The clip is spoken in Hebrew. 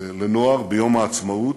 לנוער ביום העצמאות,